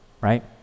right